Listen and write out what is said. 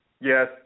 Yes